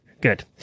Good